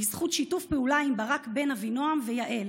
בזכות שיתוף פעולה עם ברק בן אבינֹעם ויעל.